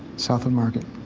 south of market.